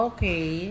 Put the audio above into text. Okay